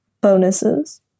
bonuses